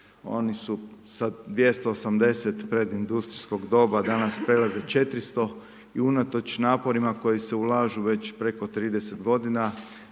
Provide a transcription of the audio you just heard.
oni su sa 280 predindustrijskog doba, danas prelaze 400, i unatoč naporima koji se ulažu već preko 30 godina,